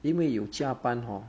因为有加班 hor